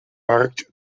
markt